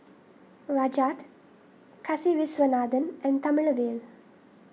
Rajat Kasiviswanathan and Thamizhavel